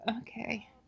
okay